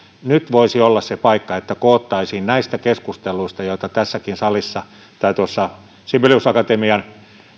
nyt voisi olla se paikka että koottaisiin näistä keskusteluista joita tässäkin salissa tai tuossa sibelius akatemian